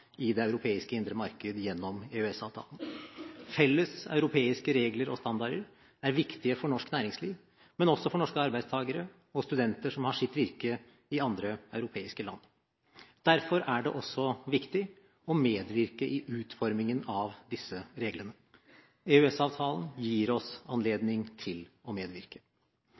i det europeiske indre marked gjennom EØS-avtalen. Felles europeiske regler og standarder er viktige for norsk næringsliv, men også for norske arbeidstakere og studenter som har sitt virke i andre europeiske land. Derfor er det også viktig å medvirke i utformingen av disse reglene. EØS- avtalen gir oss anledning til å medvirke.